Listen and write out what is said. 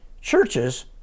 churches